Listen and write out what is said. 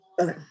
Okay